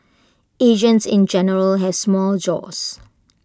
Asians in general has small jaws